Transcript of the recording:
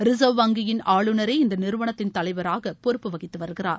reserve வங்கியின் ஆளுநரே இந்த நிறுவனத்தின தலைவராக பொறுப்பு வகித்து வருகிறார்